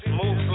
move